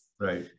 Right